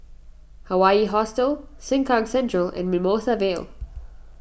Hawaii Hostel Sengkang Central and Mimosa Vale